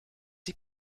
die